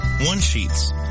one-sheets